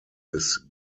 des